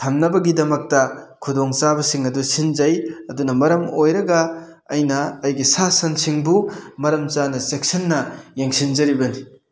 ꯊꯝꯅꯕꯒꯤꯗꯃꯛꯇ ꯈꯨꯗꯣꯡꯆꯥꯕꯁꯤꯡ ꯑꯗꯨ ꯁꯤꯟꯖꯩ ꯑꯗꯨꯅ ꯃꯔꯝ ꯑꯣꯏꯔꯒ ꯑꯩꯅ ꯑꯩꯒꯤ ꯁꯥ ꯁꯟꯁꯤꯡꯕꯨ ꯃꯔꯝ ꯆꯥꯅ ꯆꯦꯛꯁꯟꯅ ꯌꯦꯡꯁꯟꯖꯔꯤꯕꯅꯤ